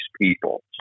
people